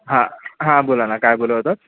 हां हां बोला ना काय बोलत होतात